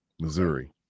Missouri